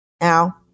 Now